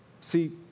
See